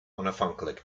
onafhankelijk